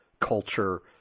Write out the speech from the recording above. culture